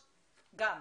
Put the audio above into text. גם,